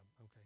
okay